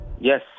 Yes